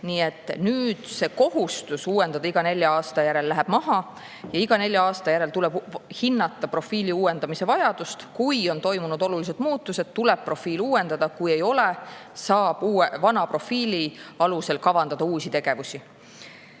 Nüüd see kohustus uuendada iga nelja aasta järel läheb maha, iga nelja aasta järel tuleb hinnata profiili uuendamise vajadust. Kui on toimunud olulised muutused, tuleb profiili uuendada, kui ei ole, saab vana profiili alusel kavandada uusi tegevusi.